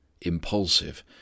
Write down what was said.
impulsive